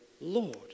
Lord